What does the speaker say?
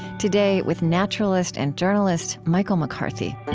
today, with naturalist and journalist michael mccarthy